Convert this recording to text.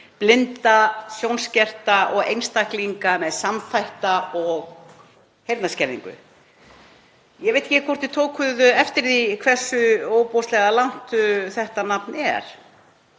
blinda, sjónskerta og einstaklinga með samþætta sjón- og heyrnarskerðingu. Ég veit ekki hvort þið tókuð eftir því hversu ofboðslega langt þetta nafn er.